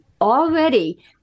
Already